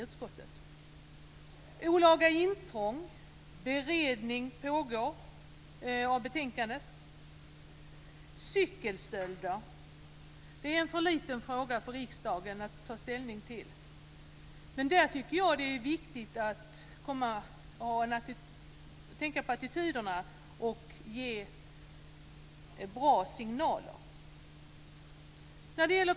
· Cykelstölder: det är en för liten fråga för riksdagen att ta ställning till. Jag tycker att det är viktigt att tänka på attityderna och ge bra signaler.